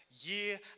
year